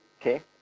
okay